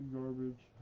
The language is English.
garbage